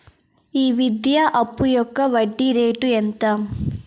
ఈ విద్యా అప్పు యొక్క వడ్డీ రేటు ఎంత?